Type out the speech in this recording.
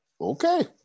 Okay